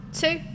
two